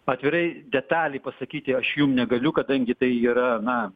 atvirai detaliai pasakyti aš jum negaliu kadangi tai yra na